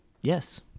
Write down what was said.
yes